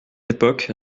époque